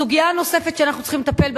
הסוגיה הנוספת שאנחנו צריכים לטפל בה